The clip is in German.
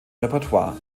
repertoire